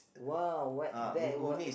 !wow! what that what